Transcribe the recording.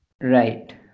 Right